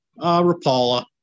rapala